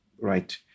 right